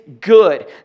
good